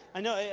i know,